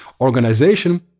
organization